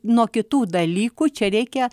nuo kitų dalykų čia reikia